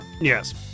Yes